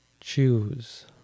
choose